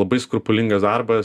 labai skrupulingas darbas